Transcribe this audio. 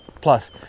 Plus